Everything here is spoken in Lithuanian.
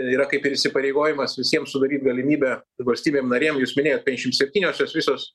yra kaip ir įsipareigojimas visiem sudaryt galimybę valstybėm narėm jūs minėjot penkiasdešimt septynios jos visos